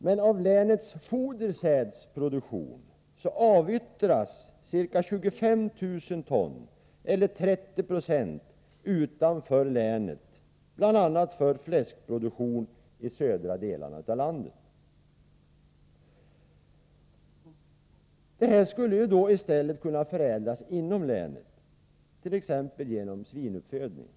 Men av länets fodersädsproduktion avyttras ca 25 000 ton eller 30 70 utanför länet, bl.a. för fläskproduktion i södra delarna av landet. Den skulle i stället kunna förädlas inom länet, t.ex. genom svinuppfödning.